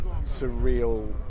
surreal